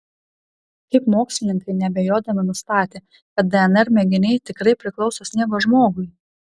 kaip mokslininkai neabejodami nustatė kad dnr mėginiai tikrai priklauso sniego žmogui